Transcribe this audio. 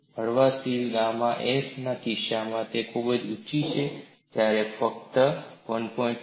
હળવા steel gamma S ના કિસ્સામાં તે ખૂબ જ ઉચ્ચી છે જ્યારે ફક્ત 1